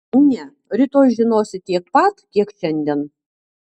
ne rytoj žinosi tiek pat kiek šiandien